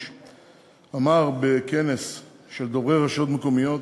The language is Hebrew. אמר בכנס של דוברי רשויות מקומיות,